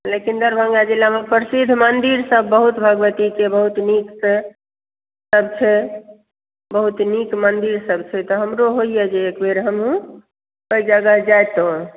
लेकिन दरभङ्गा जिलामे प्रसिद्ध मन्दिरसभ बहुत भगवतीके बहुत नीक छै सभ छै बहुत नीक मन्दिरसभ छै तब हमरो होइए जे एक बेर हमहूँ ओहि जगह जैतहुँ